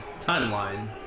Timeline